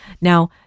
Now